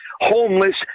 homeless